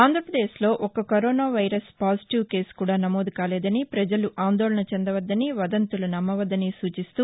ఆంధ్రప్రదేశ్లో ఒక్క corona virus positive case కూడా నమోదు కాలేదని ప్రపజలు ఆందోళన చెందవద్దని వదంతులు నమ్మవద్దని సూచిస్తూ